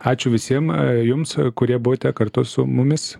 ačiū visiem jums kurie buvote kartu su mumis